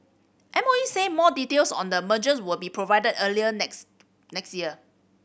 M O E said more details on the mergers will be provided early next next year